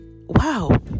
wow